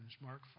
Mark